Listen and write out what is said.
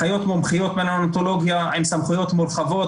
אחיות מומחיות בנאונטולוגיה עם סמכויות מורחבות,